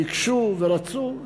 ביקשו ורצו,